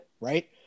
Right